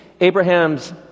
Abraham's